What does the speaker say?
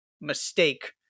mistake